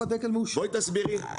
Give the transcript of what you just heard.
תסבירי.